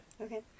okay